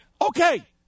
okay